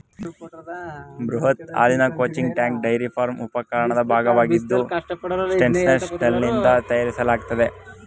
ಬೃಹತ್ ಹಾಲಿನ cooling tank dairy farm ಉಪಕರಣದ ಭಾಗವಾಗಿದ್ದು ಸ್ಟೇನ್ಲೆಸ್ ಸ್ಟೀಲ್ನಿಂದ ತಯಾರಿಸಲಾಗ್ತದೆ